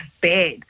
bad